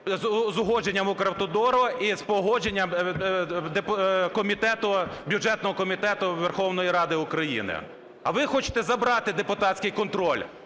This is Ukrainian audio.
з погодженням Укравтодору і з погодженням комітету, бюджетного комітету Верховної Ради України. А ви хочете забрати депутатський контроль.